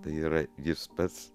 tai yra jis pats